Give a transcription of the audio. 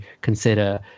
consider